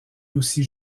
aussi